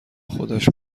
خودش